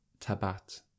Tabat